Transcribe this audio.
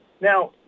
Now